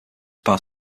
part